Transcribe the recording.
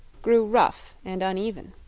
grew rough and uneven.